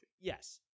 Yes